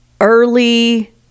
early